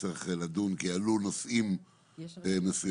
נצטרך לדון כי עלו נושאים מסוימים.